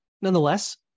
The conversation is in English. nonetheless